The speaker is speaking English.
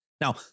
Now